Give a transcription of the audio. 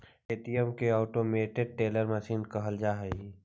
ATM के automated teller machine कहल जा हइ